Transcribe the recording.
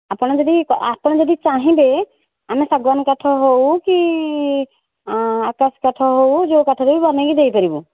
ଆପଣ ଯଦି ଆପଣ ଯଦି ଚାହିଁବେ ଆମେ ଶାଗୁଆନ କାଠ ହେଉ କି ଆକାଶ କାଠ ହେଉ ଯେଉଁ କାଠରେ ବି ବନେଇକି ଦେଇପାରିବୁ